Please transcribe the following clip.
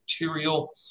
material